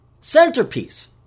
centerpiece